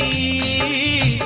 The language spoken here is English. e